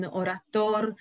orator